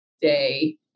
day